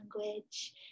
language